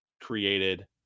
created